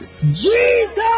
Jesus